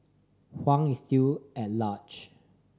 Huang is still at large